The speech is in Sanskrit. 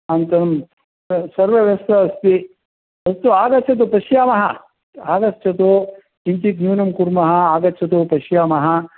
अनन्तरं सर्वव्यवस्था अस्ति अस्तु आगच्छतु पश्यामः आगच्छतु किञ्चित् न्यूनं कुर्मः आगच्छतु पश्यामः